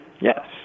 Yes